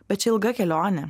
bet čia ilga kelionė